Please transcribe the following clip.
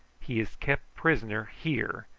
he is kept prisoner here,